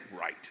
right